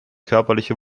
körperliche